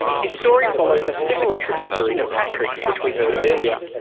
his story follows a similar trajectory to patrick's, which we heard earlier.